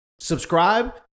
subscribe